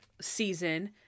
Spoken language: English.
season